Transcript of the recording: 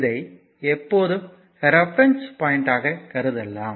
இதை எப்போதும் reference point ஆக கருதலாம்